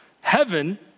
heaven